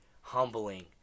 humbling